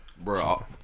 Bro